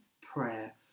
prayer